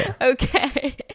Okay